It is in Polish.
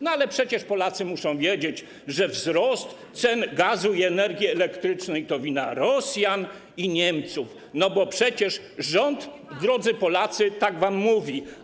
No ale przecież Polacy muszą wiedzieć, że wzrost cen gazu i energii elektrycznej to wina Rosjan i Niemców, no bo przecież rząd, drodzy Polacy, tak wam mówi.